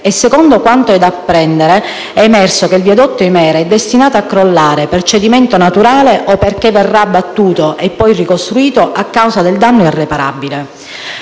e, secondo quanto è dato apprendere, è emerso che il viadotto Himera è destinato a crollare per cedimento naturale o perché verrà abbattuto e poi ricostruito a causa del danno irreparabile.